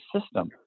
system